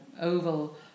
oval